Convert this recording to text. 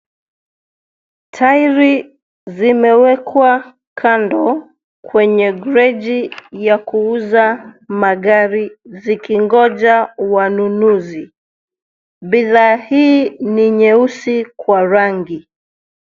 Tairi zimewekwa kando kwenye caragi ya kuuza magari zikingoja wanunuzi. Bidhaa hii ni nyeusi kwa rangi.